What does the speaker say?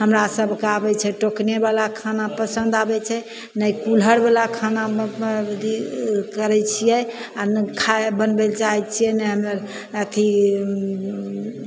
हमरा सबके आबय छै टोकनेवला खाना पसन्द आबय छै ने कुल्हड़वला खाना करय छियै आओर नहि खा बनबय लए चाहय छियै ने हमे अर अथी